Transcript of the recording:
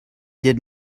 did